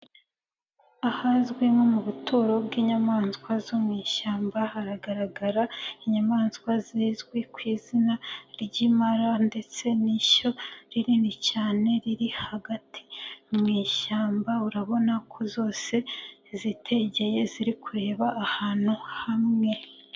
Ahazwi nko mu buturo bw'inyamaswa zo mu ishyamba haragaragara inyamaswa zizwi kuizina ry'ipara ndetse n'ishyo rinini cyane riri hagati mu ishyamba, urabona ko zose zitegeye ziri kureba ahantu hamwe.